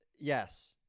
Yes